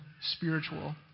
spiritual